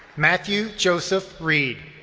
matthew joseph reed.